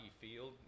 field